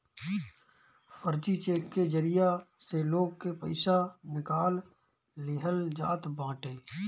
फर्जी चेक के जरिया से लोग के पईसा निकाल लिहल जात बाटे